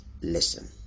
listen